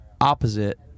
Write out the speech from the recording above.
opposite